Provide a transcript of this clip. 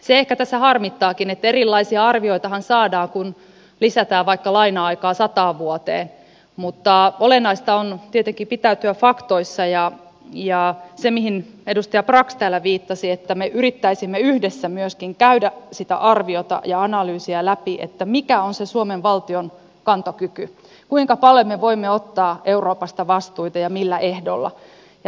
se ehkä tässä harmittaakin että erilaisia arvioitahan saadaan kun lisätään vaikka laina aikaa sataan vuoteen mutta olennaista on tietenkin faktoissa pitäytyminen ja se mihin edustaja brax täällä viittasi että me yrittäisimme yhdessä myöskin käydä sitä arviota ja analyysiä läpi mikä on se suomen valtion kantokyky kuinka paljon me voimme ottaa euroopasta vastuita ja millä ehdolla